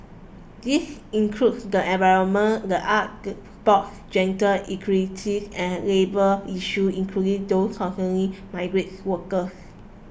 these include the environment the arts sports gender equality and labour issue including those concerning migrant workers